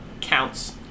counts